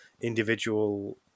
individual